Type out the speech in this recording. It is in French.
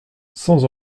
sans